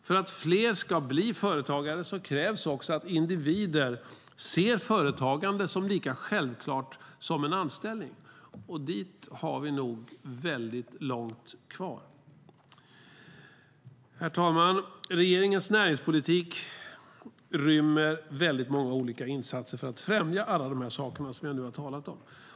För att fler ska bli företagare krävs också att individer ser företagande som lika självklart som en anställning. Dit har vi nog långt kvar. Herr talman! Regeringens näringspolitik rymmer många olika insatser för att främja alla saker som vi har talat om.